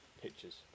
pictures